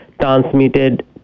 transmitted